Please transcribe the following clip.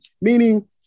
meaning